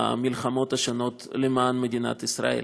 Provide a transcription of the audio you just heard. במלחמות השונות למען מדינת ישראל.